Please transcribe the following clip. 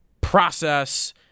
process